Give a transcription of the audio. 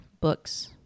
books